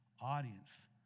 audience